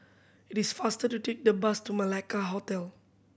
it is faster to take the bus to Malacca Hotel